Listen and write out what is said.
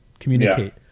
communicate